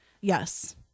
Yes